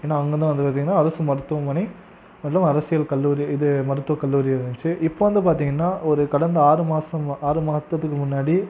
ஏன்னால் அங்கே தான் அது வந்து அரசு மருத்துவமனை அரசியல் கல்லூரி இது மருத்துவ கல்லூரி இருந்துச்சு இப்போ வந்து பார்த்திங்கனா ஒரு கடந்த ஆறு மாதமா ஆறு மாதத்துக்கு முன்னாடி